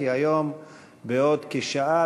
כי היום בעוד כשעה,